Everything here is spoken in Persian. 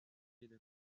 پیدا